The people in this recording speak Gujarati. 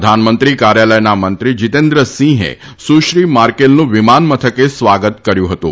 પ્રધાનમંત્રી કાર્યાલયના મંત્રી જીતેન્દ્રસિંહે સુશ્રી માર્કેલનું વિમાન મથકે સ્વાગત કર્યું હતું